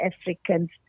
Africans